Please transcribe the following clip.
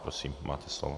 Prosím, máte slovo.